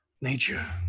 nature